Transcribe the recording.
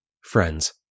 friends